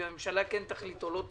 אם הממשלה כן תחליט או לא תחליט,